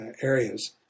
areas